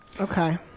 Okay